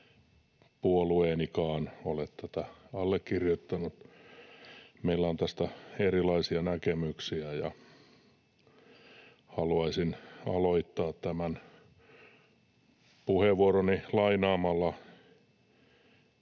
puolueenikaan ole tätä allekirjoittanut. Meillä on tästä erilaisia näkemyksiä, ja haluaisin aloittaa tämän puheenvuoroni lainaamalla